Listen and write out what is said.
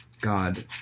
God